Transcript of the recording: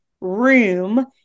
room